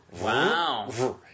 Wow